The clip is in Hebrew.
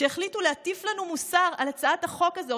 שהחליטו להטיף לנו מוסר על הצעת החוק הזאת,